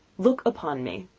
look upon me!